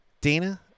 Dana